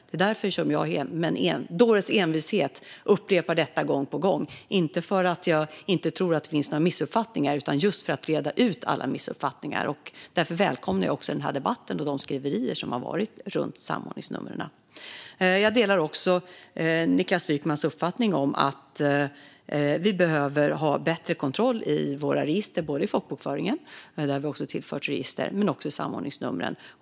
Det är därför jag med en dåres envishet upprepar detta gång på gång - inte för att jag inte tror att det finns några missuppfattningar utan för att reda ut alla missuppfattningar. Därför välkomnar jag också denna debatt och de skriverier som varit om samordningsnumren. Jag delar också Niklas Wykmans uppfattning att vi behöver ha bättre kontroll i våra register när det gäller både folkbokföringen, där vi också har tillfört register, och samordningsnumren.